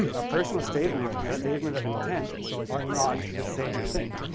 um a personal statement and a statement of intent are not the same thing,